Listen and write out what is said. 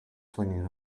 flinging